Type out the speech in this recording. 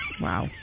Wow